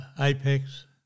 apex